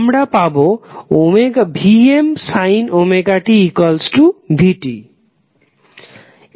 আমরা পাবো Vmωt v